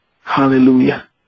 Hallelujah